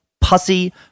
pussy